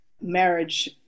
marriage